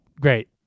Great